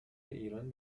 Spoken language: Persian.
ایران